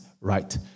right